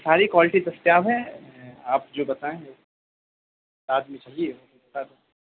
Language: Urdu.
ساری کوالٹی دستیاب ہیں آپ جو بتائیں گے بعد میں چاہیے سر